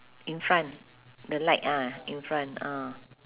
in front the light ah in front ah